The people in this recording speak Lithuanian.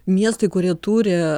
miestai kurie turi